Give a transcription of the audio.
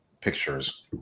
pictures